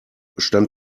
stand